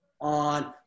on